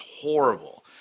horrible